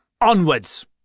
Onwards